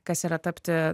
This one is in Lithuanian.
kas yra tapti